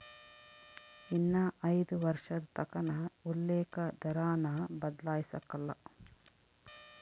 ಇನ್ನ ಐದು ವರ್ಷದತಕನ ಉಲ್ಲೇಕ ದರಾನ ಬದ್ಲಾಯ್ಸಕಲ್ಲ